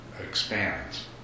expands